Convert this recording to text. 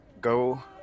Go